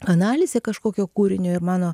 analizę kažkokio kūrinio ir mano